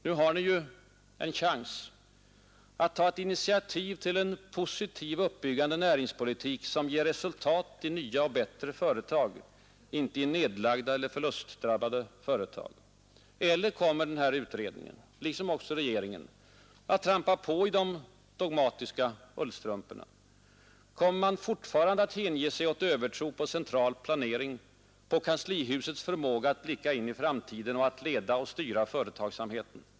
Nu har ni ju en chans att ta initiativ till en positiv uppbyggande näringspolitik som ger resultat i nya och bättre företag, inte i nedlagda eller förlustdrabbade företag. Eller kommer utredningen — liksom också regeringen — att trampa på i de dogmatiska ullstrumporna? Kommer man fortfarande att hänge sig åt övertro på central planering, på kanslihusets förmåga att blicka in i framtiden och att leda och styra företagsamheten?